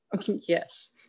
Yes